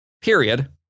period